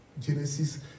Genesis